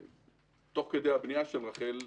ותוך כדי הבנייה של רח"ל,